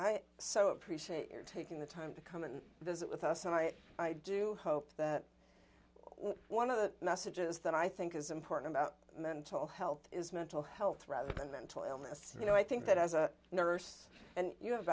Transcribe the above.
so appreciate your taking the time to come and visit with us and i do hope that one of the messages that i think is important about mental health is mental health rather than mental illness you know i think that as a nurse and you have